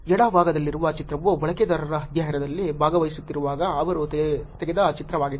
ಎಡಭಾಗದಲ್ಲಿರುವ ಚಿತ್ರವು ಬಳಕೆದಾರರು ಅಧ್ಯಯನದಲ್ಲಿ ಭಾಗವಹಿಸುತ್ತಿರುವಾಗ ಅವರು ತೆಗೆದ ಚಿತ್ರವಾಗಿದೆ